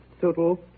Total